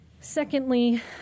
secondly